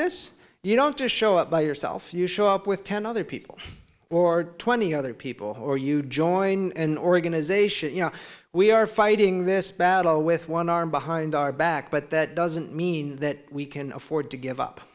this you don't just show up by yourself you show up with ten other people or twenty other people or you join an organization you know we are fighting this battle with one arm behind our back but that doesn't mean that we can afford to give